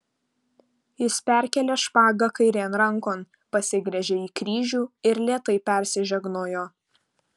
jis perkėlė špagą kairėn rankon pasigręžė į kryžių ir lėtai persižegnojo